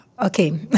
Okay